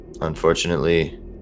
Unfortunately